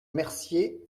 mercier